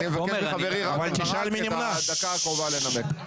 אני נותן לחברי רם בן ברק בדקה הקרובה לנמק.